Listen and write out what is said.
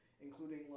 including